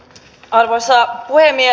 arvoisa puhemies